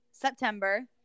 september